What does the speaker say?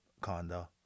condo